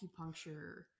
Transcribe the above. acupuncture